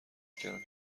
کردم